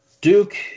Duke